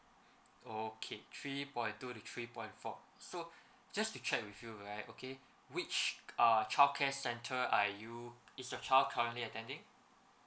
okay three point two to three point four so just to check with you right okay which err childcare centre are you is your child currently attending